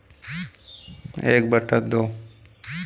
दो हेक्टेयर खेती के लिए उपयोग की जाने वाली एन.पी.के का अनुपात क्या है?